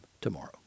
tomorrow